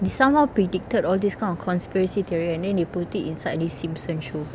they somehow predicted all this kind of conspiracy theory and then they put it inside this simpson show